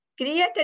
created